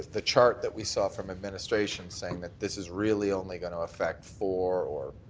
the chart that we saw from administration saying that this is really only going to affect four or,